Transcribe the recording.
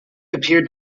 appeared